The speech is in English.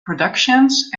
productions